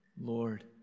Lord